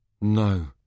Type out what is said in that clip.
No